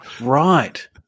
Right